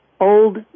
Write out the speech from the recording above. Old